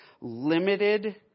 limited